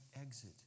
exit